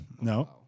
no